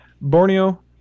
Borneo